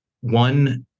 one